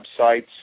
websites